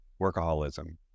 workaholism